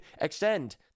extend